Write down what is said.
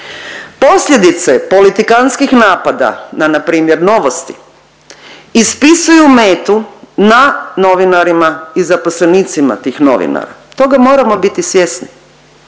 Posljedice politikanskih napada na npr. Novosti ispisuju metu na novinarima i zaposlenicima tih novina, toga moramo biti svjesni,